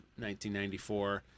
1994